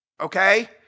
Okay